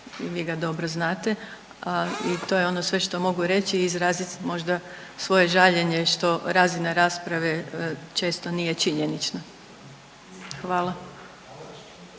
vi ga dobro znate, a i to je ono sve što mogu reći i izrazit možda svoje žaljenje što razina rasprave često nije činjenična, hvala.